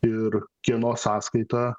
ir kieno sąskaita